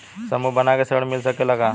समूह बना के ऋण मिल सकेला का?